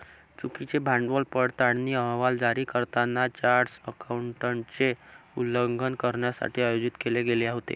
चुकीचे भांडवल पडताळणी अहवाल जारी करताना चार्टर्ड अकाउंटंटचे उल्लंघन करण्यासाठी आयोजित केले गेले होते